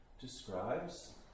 describes